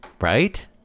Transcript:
right